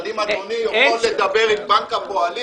אבל אם אדוני יכול לדבר עם בנק הפועלים,